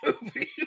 movie